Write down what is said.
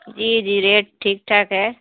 جی جی ریٹ ٹھیک ٹھاک ہے